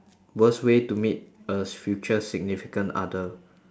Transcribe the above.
worst way to meet a future significant other